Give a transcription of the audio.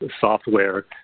software